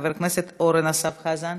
חבר הכנסת אורן אסף חזן,